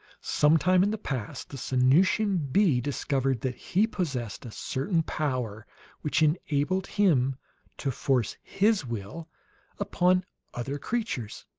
some time in the past the sanusian bee discovered that he possessed a certain power which enabled him to force his will upon other creatures.